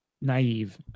naive